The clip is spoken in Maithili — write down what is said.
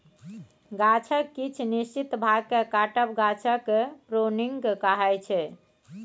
गाछक किछ निश्चित भाग केँ काटब गाछक प्रुनिंग कहाइ छै